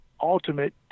ultimate